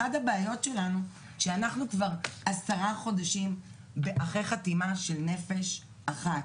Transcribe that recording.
אחת הבעיות שלנו היא שאנחנו כבר עשרה חודשים אחרי החתימה של "נפש אחת".